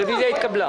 הרוויזיה התקבלה.